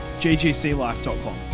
ggclife.com